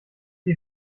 die